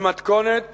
במתכונת